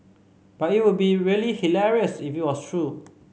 but it would be really hilarious if it was true